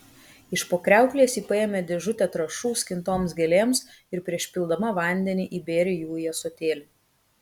iš po kriauklės ji paėmė dėžutę trąšų skintoms gėlėms ir prieš pildama vandenį įbėrė jų į ąsotėlį